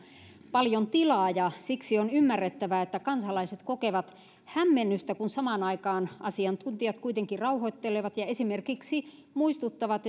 paljon tilaa ja siksi on ymmärrettävää että kansalaiset kokevat hämmennystä kun samaan aikaan asiantuntijat kuitenkin rauhoittelevat ja muistuttavat